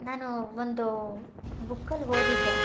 ನಾನು ಒಂದು ಬುಕ್ಕಲ್ಲಿ ಓದಿದ್ದೆ